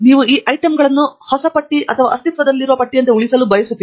ನೀವು ಈ ಐಟಂಗಳನ್ನು ಹೊಸ ಪಟ್ಟಿ ಅಥವಾ ಅಸ್ತಿತ್ವದಲ್ಲಿರುವ ಪಟ್ಟಿಯಂತೆ ಉಳಿಸಲು ಬಯಸುತ್ತೀರಿ